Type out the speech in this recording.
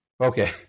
Okay